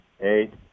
eight